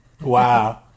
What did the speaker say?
Wow